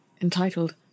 entitled